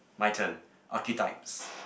my turn archetypes